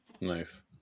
Nice